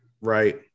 Right